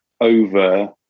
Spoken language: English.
over